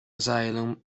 asylum